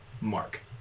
mark